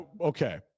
Okay